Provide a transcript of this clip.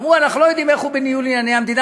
אמרו: אנחנו לא יודעים איך הוא בניהול ענייני המדינה,